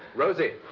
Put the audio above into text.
rosie.